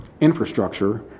infrastructure